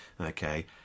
Okay